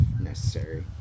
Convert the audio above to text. necessary